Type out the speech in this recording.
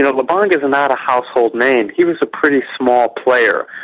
lubanga's not a household name, he was a pretty small player,